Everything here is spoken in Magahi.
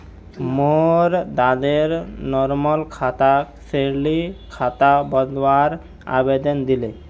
मोर द्वारे नॉर्मल खाताक सैलरी खातात बदलवार आवेदन दिले